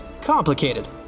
complicated